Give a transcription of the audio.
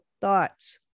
thoughts